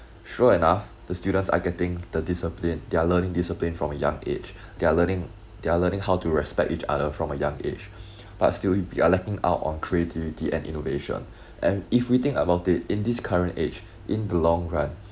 sure enough the students are getting the discipline their learning discipline from a young age they're learning they're learning how to respect each other from a young age but still you are lacking out on creativity and innovation and if we think about it in this current age in the long run